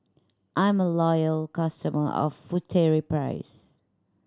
I am a loyal customer of Furtere price